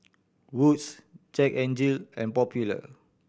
Wood's Jack N Jill and Popular